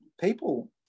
people